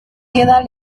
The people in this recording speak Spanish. queda